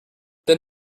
then